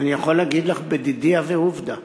אני יכול להגיד לך, בדידי הווה עובדא.